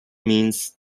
means